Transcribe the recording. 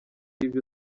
ibyo